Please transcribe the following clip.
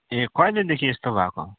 ए कैलेदेखि यस्तो भएको